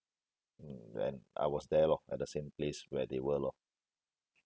um and I was there lor at the same place where they were lor